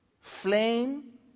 Flame